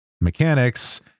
mechanics